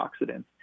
antioxidants